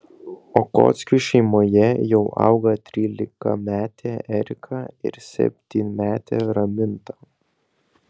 okockių šeimoje jau auga trylikametė erika ir septynmetė raminta